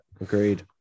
agreed